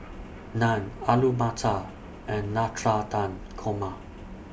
Naan Alu Matar and Korma